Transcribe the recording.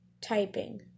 typing